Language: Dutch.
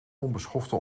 onbeschofte